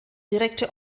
direkte